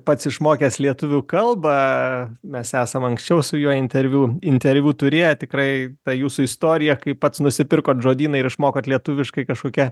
pats išmokęs lietuvių kalbą mes esam anksčiau su juo interviu interviu turėję tikrai ta jūsų istorija kai pats nusipirkot žodyną ir išmokot lietuviškai kažkokia